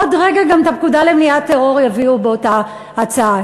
עוד רגע גם את הפקודה למניעת טרור יביאו באותה הצעה.